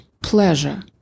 pleasure